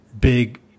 big